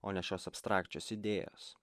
o ne šios abstrakčios idėjos